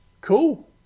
cool